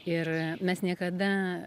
ir mes niekada